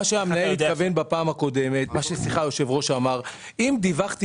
היושב-ראש אמר בפעם הקודמת: אם דיווחתי